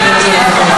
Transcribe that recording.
כן, בבקשה.